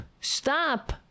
stop